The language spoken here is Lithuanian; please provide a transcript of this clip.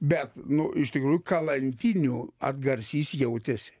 bet nu iš tikrųjų kalantinių atgarsys jautėsi